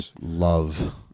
love